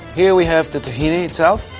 here we have the tahini itself.